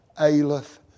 aileth